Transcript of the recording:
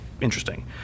interesting